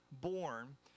born